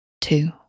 two